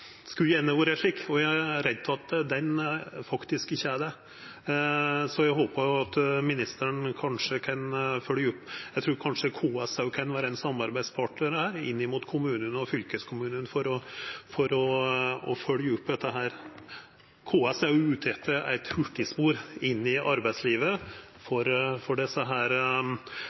skulle vore slik – eg er redd for at han ikkje er det. Så eg håpar at ministeren kanskje kan følgja opp. Eg trur kanskje òg KS kan vera ein samarbeidspartnar her – inn mot kommunane og fylkeskommunane – for å følgja opp dette. KS er ute etter eit hurtigspor inn i arbeidslivet for